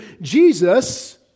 Jesus